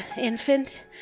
infant